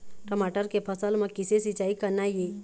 टमाटर के फसल म किसे सिचाई करना ये?